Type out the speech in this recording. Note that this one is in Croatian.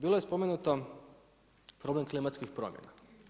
Bilo je spomenuto problem klimatskih promjena.